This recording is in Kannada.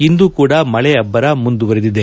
ಇಂದು ಕೂಡಾ ಮಳೆ ಅಬ್ಲರ ಮುಂದುವರಿದಿದೆ